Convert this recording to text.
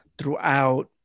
throughout